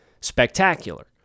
spectacular